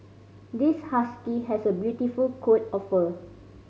this husky has a beautiful coat of fur